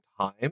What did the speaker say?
time